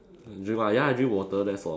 drink what ya I drink the water that's all